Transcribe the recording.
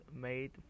made